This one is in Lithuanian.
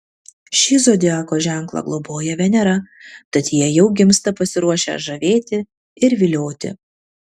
šį zodiako ženklą globoja venera tad jie jau gimsta pasiruošę žavėti ir vilioti